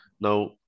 Now